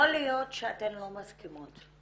יכול להיות שאתן לא מסכימות,